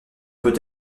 peut